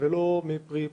ולא מפרי בחירתם.